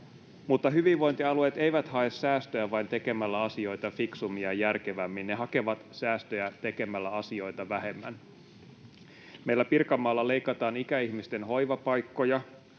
Mutta hyvinvointialueet eivät hae säästöjä vain tekemällä asioita fiksummin ja järkevämmin. Ne hakevat säästöjä tekemällä asioita vähemmän. Meillä Pirkanmaalla leikataan ikäihmisten hoivapaikkoja,